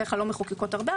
בדרך כלל הן לא מחוקקות הרבה,